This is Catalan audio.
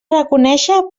reconéixer